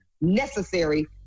necessary